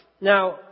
Now